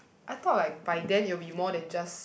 I thought like by then you will be more than just